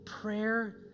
prayer